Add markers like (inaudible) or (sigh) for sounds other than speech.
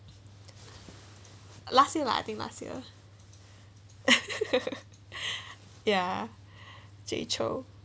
last year lah I think last year (laughs) ya jay chou